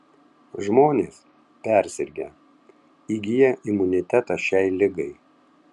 žmonės persirgę įgyja imunitetą šiai ligai